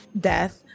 death